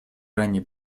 ранее